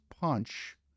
punch